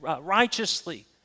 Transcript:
righteously